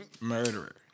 Murderer